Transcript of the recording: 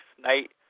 night